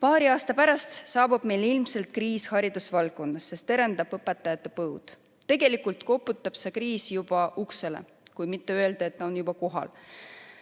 Paari aasta pärast saabub meil ilmselt kriis haridusvaldkonnas, sest terendab õpetajate põud. Tegelikult koputab see kriis juba uksele, kui mitte öelda, et ta on juba kohal. Läinud